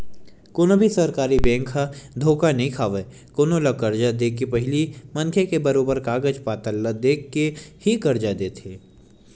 कोनो भी सरकारी बेंक ह धोखा नइ खावय कोनो ल करजा के देके पहिली मनखे के बरोबर कागज पतर ल देख के ही करजा देथे